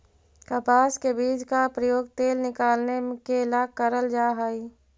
कपास के बीज का प्रयोग तेल निकालने के ला करल जा हई